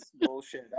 bullshit